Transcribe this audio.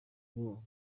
war